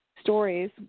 stories